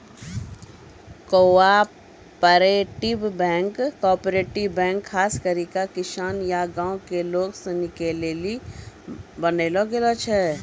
cooperative bank खास करी के किसान या गांव के लोग सनी के लेली बनैलो गेलो छै